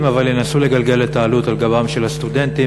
אבל ינסו לגלגל את העלות על גבם של הסטודנטים,